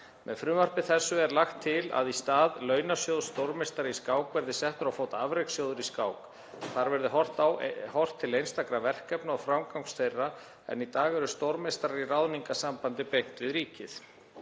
Með frumvarpi þessu er lagt til að í stað launasjóðs stórmeistara í skák verði settur á fót afrekssjóður í skák. Þar verði horft til einstakra verkefna og framgangs þeirra en í dag eru stórmeistarar í ráðningarsambandi beint við ríkið.